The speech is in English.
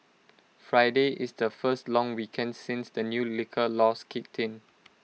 Friday is the first long weekend since the new liquor laws kicked in